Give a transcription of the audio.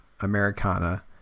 Americana